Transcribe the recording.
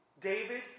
David